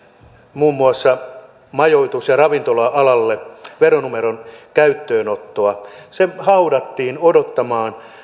muun muassa majoitus ja ravintola alalle veronumeron käyttöönottoa se haudattiin odottamaan